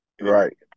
Right